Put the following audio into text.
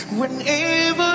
whenever